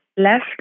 Left